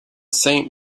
saint